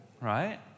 right